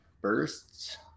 bursts